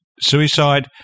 suicide